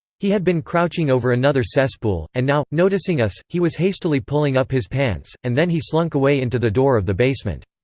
he had been crouching over another cesspool, and now, noticing us, he was hastily pulling up his pants, and then he slunk away into the door of the basement.